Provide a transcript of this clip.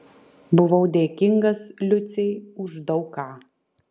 buvau dėkingas liucei už daug ką